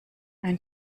ein